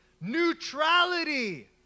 neutrality